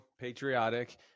patriotic